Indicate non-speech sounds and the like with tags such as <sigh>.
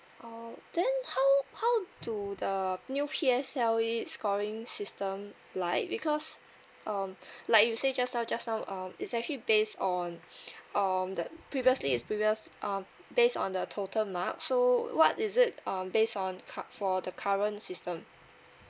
oh then how how do the new P_S_L_E scoring system like because um like you say just now just now um it's actually base on <breath> um the previously is previous um based on the total mark so what is it um base on cut for the current system